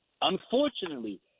Unfortunately